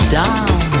down